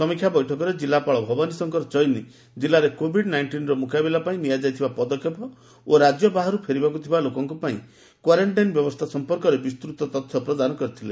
ସମୀକ୍ଷା ବୈଠକରେ ଜିଲ୍ଲାପାଳ ଭବାନୀ ଶଙ୍କର ଚଇନୀ ଜିଲ୍ଲାରେ କୋଭିଡ ନାଇଷ୍ଟିନ ମୁକାବିଲା ନିଆଯାଇଥିବା ପଦକ୍ଷେପ ଓ ରାଜ୍ୟ ବାହାରୁ ଫେରିବାକୁ ଥିବା ଲୋକଙ୍ଙ ପାଇଁ କ୍ୱାରେକ୍କାଇନ୍ ବ୍ୟବସ୍ରା ସମ୍ପର୍କରେ ବିସ୍ତତ ତଥ୍ୟ ପ୍ରଦାନ କରିଥିଲେ